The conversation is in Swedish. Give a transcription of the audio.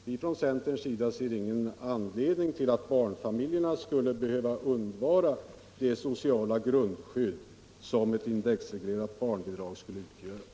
Vi från centern ser ingen anledning till att barnfamiljerna skall behöva undvara det sociala grundskydd som ett indexreglerat barnbidrag utgör.